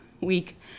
week